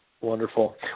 Wonderful